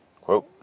Quote